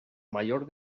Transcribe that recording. mayor